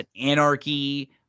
anarchy